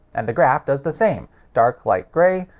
and the graph does the same dark light grey,